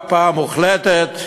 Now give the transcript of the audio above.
הקפאה מוחלטת,